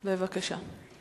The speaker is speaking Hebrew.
בבקשה.